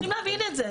צריכים להבין את זה,